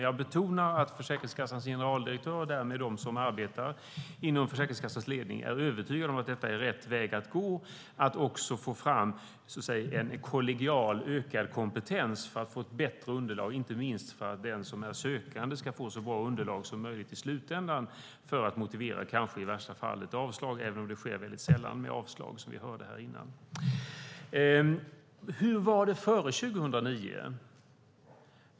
Jag betonar att Försäkringskassans generaldirektör och de som arbetar inom Försäkringskassans ledning är övertygade om att det är rätt väg att gå också för att få fram en ökad kollegial kompetens. Det ger ett bättre underlag - inte minst för den sökande att få ett så bra underlag som möjligt i slutändan - för att motivera i värsta fall ett avslag, även om det väldigt sällan sker, som vi hörde här tidigare. Hur var det före 2009?